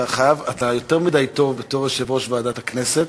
אתה יותר מדי טוב בתור יושב-ראש ועדת הכנסת,